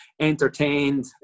entertained